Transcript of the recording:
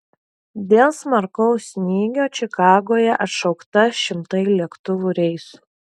dėl smarkaus snygio čikagoje atšaukta šimtai lėktuvų reisų